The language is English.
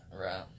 Right